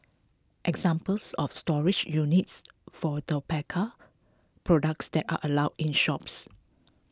examples of storage units for tobacco products that are allowed in shops